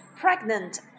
Pregnant